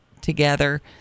together